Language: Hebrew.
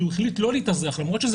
כי הוא החליט לא להתאזרח למרות שזה